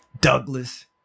douglas